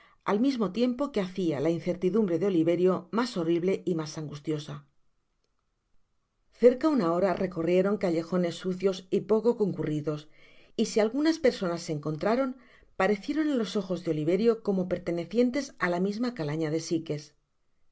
al mismo tiempo que hacia la incertidumbre de oliverio mas horrible y mas angustiosa cerca una hora recorrieron callejones sucios y poco concurridos y si algunas personas encontraron parecieron á los ojos de oliverio como pertenecientes á la misma calaña de sikes